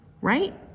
right